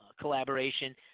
collaboration